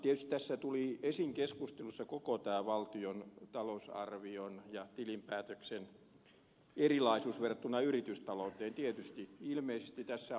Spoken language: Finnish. tietysti tässä keskustelussa tuli esiin koko tämä valtion talousarvion ja tilinpäätöksen erilaisuus verrattuna yritystalouteen